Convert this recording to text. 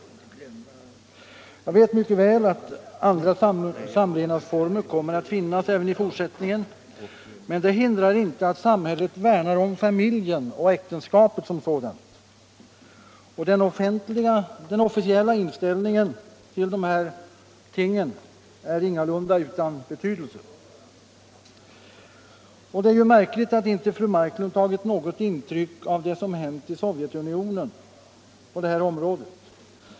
Jag vet mycket väl att andra samlevnadsformer kommer att finnas även i fortsättningen, men det hindrar inte att samhället värnar om familjen och äktenskapet som sådant. Den officiella inställningen till dessa ting är ingalunda utan betydelse. Det är märkligt att fru Marklund inte tagit något intryck av det som har hänt i Sovjetunionen på detta område.